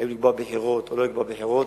האם לקבוע בחירות או לא לקבוע בחירות,